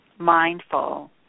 mindful